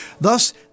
Thus